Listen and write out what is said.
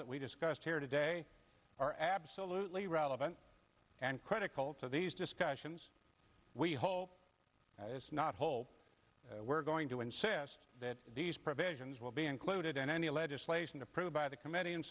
that we discussed here today are absolutely relevant and critical to these discussions we hope it's not whole we're going to insist that these provisions will be included in any legislation approved by the committee and